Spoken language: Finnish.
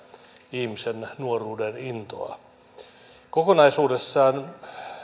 ihmisen nuoruuden intoon kokonaisuudessaan